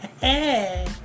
Hey